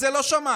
את זה לא שמעת.